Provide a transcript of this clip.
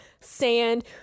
sand